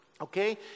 okay